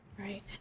right